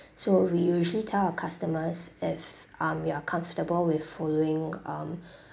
so we usually tell our customers if um you are comfortable with following um